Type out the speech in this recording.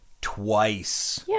Twice